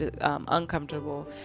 uncomfortable